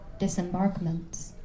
Disembarkments